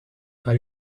are